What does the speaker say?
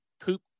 poop